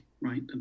right